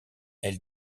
elle